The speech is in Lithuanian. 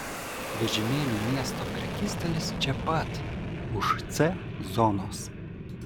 vežimėlių miesto prekystalis čia pat už c zonos